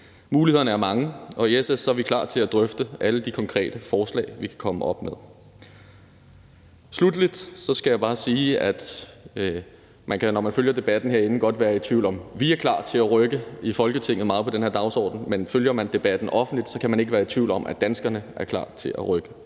Mulighederne er mange, og i SF er vi klar til at drøfte alle de konkrete forslag, vi kan komme op med. Sluttelig skal jeg bare sige, at når man følger debatten herinde, kan man godt være i tvivl om, om vi i Folketinget er klar til at rykke i forhold til den her dagsorden, men følger man den offentlige debat, kan man ikke være i tvivl om, at danskerne er klar til at rykke.